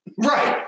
Right